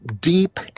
deep